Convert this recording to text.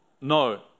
No